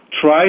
try